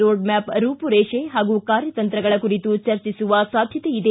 road map ರೂಪುರೇಷೆ ಹಾಗೂ ಕಾರ್ಯತಂತ್ರಗಳ ಕುರಿತು ಚರ್ಚಿಸುವ ಸಾಧ್ಯತೆ ಇದೆ